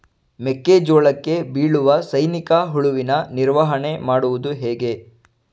ಮೆಕ್ಕೆ ಜೋಳಕ್ಕೆ ಬೀಳುವ ಸೈನಿಕ ಹುಳುವಿನ ನಿರ್ವಹಣೆ ಮಾಡುವುದು ಹೇಗೆ?